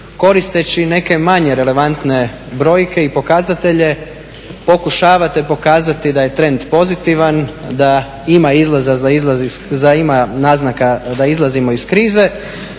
koristeći neke manje relevantne brojke i pokazatelje pokušavate pokazati da je trend pozitivan, da ima naznaka da izlazimo iz krize.